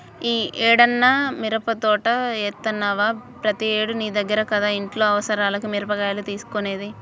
యీ ఏడన్నా మిరపదోట యేత్తన్నవా, ప్రతేడూ నీ దగ్గర కదా ఇంట్లో అవసరాలకి మిరగాయలు కొనేది